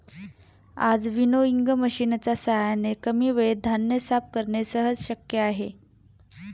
आज विनोइंग मशिनच्या साहाय्याने कमी वेळेत धान्य साफ करणे सहज शक्य आहे